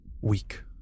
weak